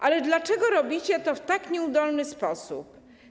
Ale dlaczego robicie to w tak nieudolny sposób?